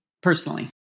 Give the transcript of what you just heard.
personally